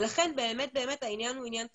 לכן העניין הוא עניין תקציבי.